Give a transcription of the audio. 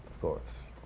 thoughts